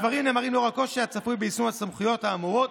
הדברים נאמרים לאור הקושי הצפוי ביישום הסמכויות האמורות,